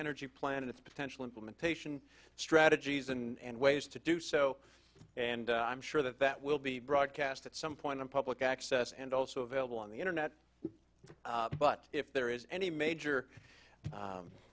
energy plan and its potential implementation strategies and ways to do so and i'm sure that that will be broadcast at some point in public access and also available on the internet but if there is any major